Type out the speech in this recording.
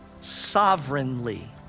sovereignly